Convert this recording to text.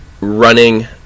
running